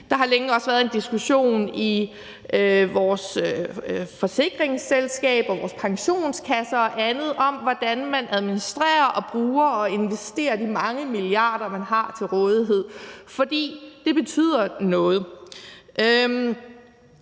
Der har også længe været en diskussion i vores forsikringsselskaber, vores pensionskasser og andet om, hvordan man administrerer, bruger og investerer de mange milliarder, man har til rådighed, for det betyder noget.